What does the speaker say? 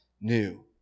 new